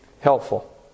Helpful